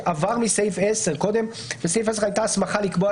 עבר מסעיף 10. קודם בסעיף 10 הייתה הסמכה לקבוע,